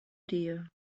dear